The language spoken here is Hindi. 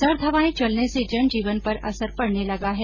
सर्द हवाएं चलने से जनजीवन पर असर पडने लगा है